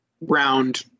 round